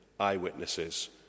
eyewitnesses